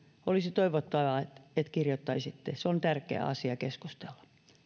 olisi toivottavaa että allekirjoittaisitte se on tärkeä asia keskustella